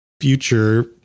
future